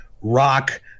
rock